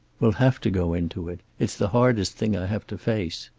we'll have to go into it. it's the hardest thing i have to face.